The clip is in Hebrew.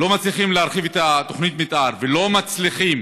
לא מצליחים להרחיב את תוכנית המתאר ולא מצליחים